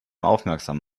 aufmerksam